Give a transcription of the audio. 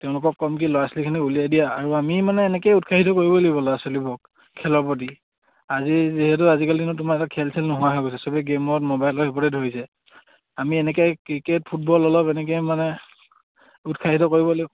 তেওঁলোকক কম কি ল'ৰা ছোৱালীখিনি উলিয়াই দিয়া আৰু আমি মানে এনেকে উৎসাহিত কৰিব লাগিব ল'ৰা ছোৱালীবক খেলৰ প্ৰতি আজি যিহেতু আজিকালি দিনত তোমাৰ এটা খেল চেল নোহোৱা হৈ গৈছে চবেই গেমত মোবাইল এইবোৰতে ধৰিছে আমি এনেকে ক্ৰিকেট ফুটবল অলপ এনেকে মানে উৎসাহিত কৰিব লাগিব